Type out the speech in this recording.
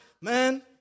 man